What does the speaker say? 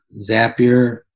Zapier